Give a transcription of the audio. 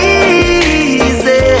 easy